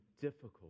difficult